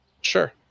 Sure